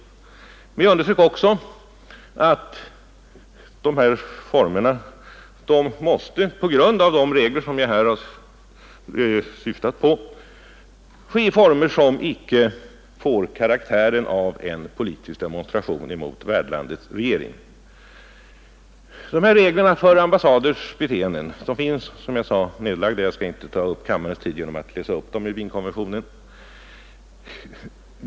Men jag underströk också att detta på grund av de regler som jag här har syftat på måste ske i former som icke får karaktären av en politisk demonstration mot värdlandets regering. Dessa regler för ambassaders beteenden finns, som jag sade, nedlagda i Wienkonventionen. Jag skall inte ta kammarens tid i anspråk med att läsa upp den.